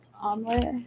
omelet